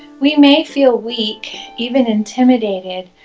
we may feel weak, even intimidated,